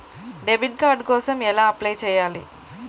Debit card కోసం ఎలా apply చేయాలి?